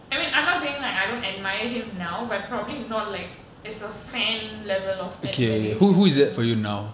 I mean I'm not saying like I don't admire him now but probably not like as a fan level of admiration